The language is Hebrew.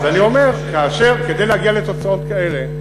אז אני אומר, כדי להגיע לתוצאות כאלה,